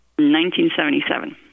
1977